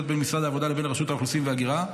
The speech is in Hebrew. בין משרד העבודה לבין רשות האוכלוסין וההגירה,